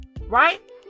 right